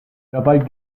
dabei